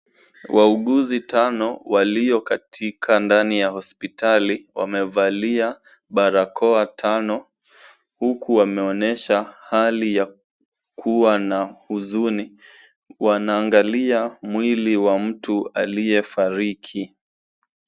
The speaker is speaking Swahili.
Wauguzi tano walio katika ndani ya hospitali wamevalia barakoa tano huku wameonyesha hali ya kuwa na huzuni. Wanaangalia mwili wa mtu aliyefariki.